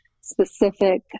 specific